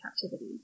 captivity